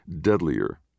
deadlier